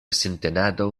sintenado